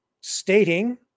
stating